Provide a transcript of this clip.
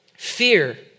Fear